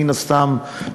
מן הסתם,